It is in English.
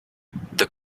the